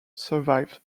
survive